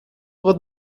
wat